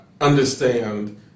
understand